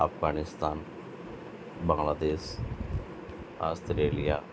Afghanistan Bangladesh Australia